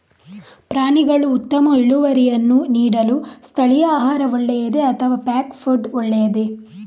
ಪ್ರಾಣಿಗಳು ಉತ್ತಮ ಇಳುವರಿಯನ್ನು ನೀಡಲು ಸ್ಥಳೀಯ ಆಹಾರ ಒಳ್ಳೆಯದೇ ಅಥವಾ ಪ್ಯಾಕ್ ಫುಡ್ ಒಳ್ಳೆಯದೇ?